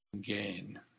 gain